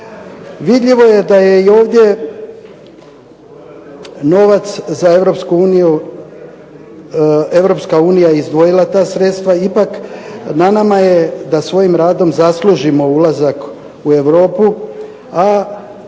Vidljivo je da je i ovdje novac za Europsku uniju, EU izdvojila ta sredstva, ipak na nama je da svojim radom zaslužimo ulazak u Europu, a